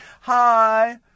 Hi